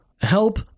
help